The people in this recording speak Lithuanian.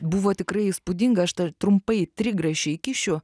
buvo tikrai įspūdinga aš tą trumpai trigrašį įkišiu